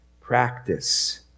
practice